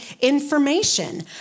information